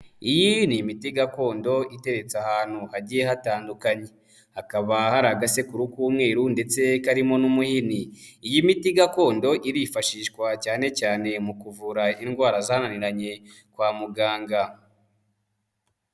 Iyi ni imiti gakondo iteretse ahantu hagiye hatandukanye, hakaba hari agasekuru k'umweru ndetse karimo n'umuhini, iyi miti gakondo irifashishwa cyane cyane mu kuvura indwara zananiranye kwa muganga.